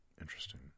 Interesting